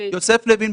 יוסף לוין,